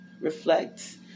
Reflect